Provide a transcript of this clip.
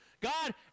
God